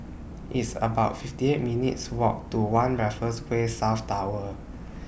It's about fifty eight minutes' Walk to one Raffles Quay South Tower